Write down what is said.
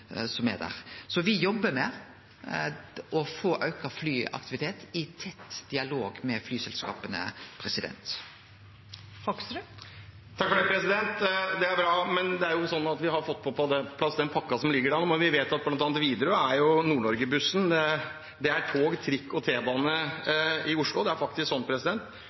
som er der. Så me jobbar med å få auka flyaktivitet, i tett dialog med flyselskapa. Det er bra, men selv om vi har fått på plass den pakken som ligger der, vet vi at bl.a. Widerøe er Nord-Norge-bussen – det er som tog, trikk og T-bane i Oslo. Det er faktisk sånn